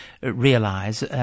realise